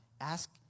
Ask